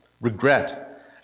regret